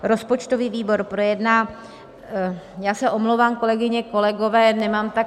Rozpočtový výbor projedná já se omlouvám, kolegyně, kolegové, nemám tak silný hlas.